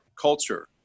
culture